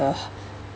uh